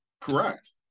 Correct